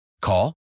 Call